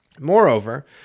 Moreover